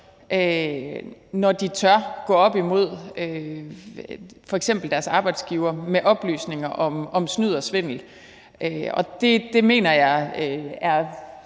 når de tør gå op imod f.eks. deres arbejdsgiver med oplysninger om snyd og svindel. Det mener jeg er